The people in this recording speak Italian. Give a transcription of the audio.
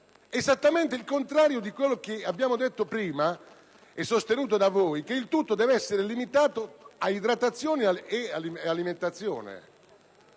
esattamente il contrario di quanto abbiamo detto prima, e di quanto da voi sostenuto, che il tutto deve essere limitato ad idratazione e alimentazione.